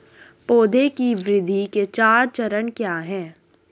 पौधे की वृद्धि के चार चरण क्या हैं?